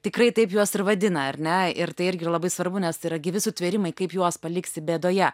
tikrai taip juos ir vadina ar ne ir tai irgi yra labai svarbu nes tai yra gyvi sutvėrimai kaip juos paliksi bėdoje